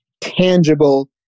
tangible